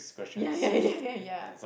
ya ya ya ya ya